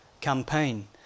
Campaign